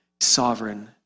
Sovereign